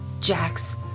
Jax